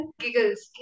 giggles